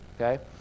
Okay